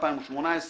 צו הפעלת רכב (מנועים ודלק) (הפעלת רכב מנועי בבנזין) (תיקון),